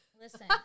Listen